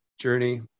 journey